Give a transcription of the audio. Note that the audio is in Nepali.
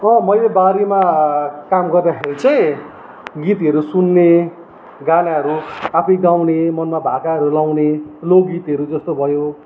अँ मैले बारीमा काम गर्दाखेरि चाहिँ गीतहरू सुन्ने गानाहरू आफै गाउने मनमा भाकाहरू लाउने लोक गीतहरू जस्तो भयो